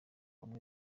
bamwe